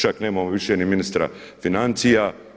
Čak nemamo više ni ministra financija.